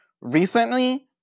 Recently